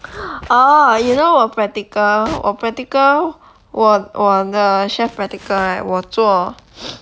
orh you know 我 practical 我 practical 我我的 chef practical right 我做